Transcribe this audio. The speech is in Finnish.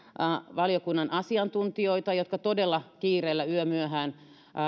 valiokunnan asiantuntijoita jotka todella kiireellä yömyöhään